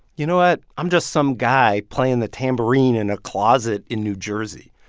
you know what? i'm just some guy playing the tambourine in a closet in new jersey.